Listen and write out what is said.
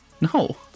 No